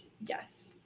Yes